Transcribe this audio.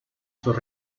sus